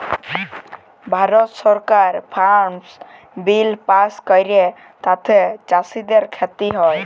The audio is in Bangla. ভারত সরকার ফার্মার্স বিল পাস্ ক্যরে তাতে চাষীদের খ্তি হ্যয়